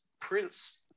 Prince